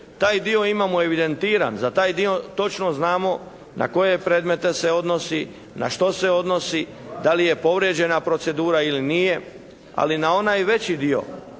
taj dio imamo evidentiran. Za taj dio točno znamo na koje predmete se odnosi, na što se odnosi? Da li je povrijeđena procedura ili nije? Ali na onaj veći dio